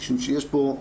מפני שיש פה,